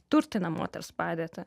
turtinę moters padėtį